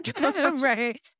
right